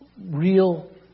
real